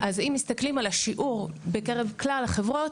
אז אם מסתכלים על השיעור בקרב כלל החברות,